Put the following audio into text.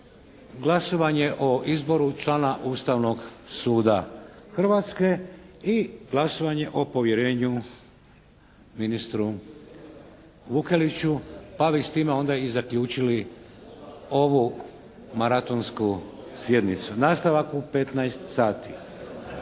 glasovanje o izboru člana Ustavnog suda Hrvatske i glasovanje o povjerenju ministru Vukeliću. Pa bi s time onda i zaključili ovu maratonsku sjednicu. Nastavak u 15,00 sati.